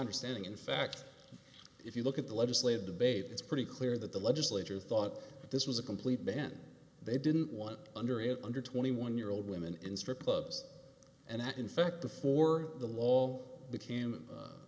understanding in fact if you look at the legislative debate it's pretty clear that the legislature thought that this was a complete ban they didn't want under it under twenty one year old women in strip clubs and that in fact before the law became